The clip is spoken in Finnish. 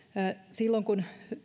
kun